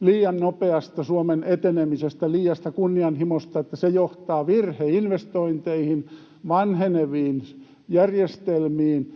liian nopeasta Suomen etenemisestä, liiasta kunnianhimosta, että se johtaa virheinvestointeihin, vanheneviin järjestelmiin,